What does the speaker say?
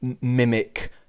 mimic